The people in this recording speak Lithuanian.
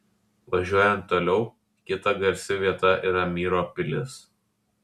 važiuojant toliau kita garsi vieta yra myro pilis